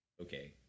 Okay